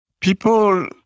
people